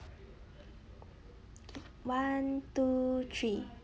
one two three